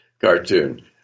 cartoon